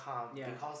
ya